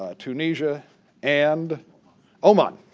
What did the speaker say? ah tunisia and oman,